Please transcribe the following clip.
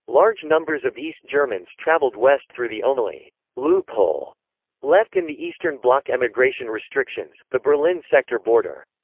large numbers of east germans traveled west through the only loophole left in the eastern bloc emigration restrictions, the berlin sector border.